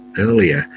earlier